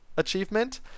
achievement